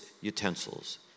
utensils